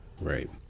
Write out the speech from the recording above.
Right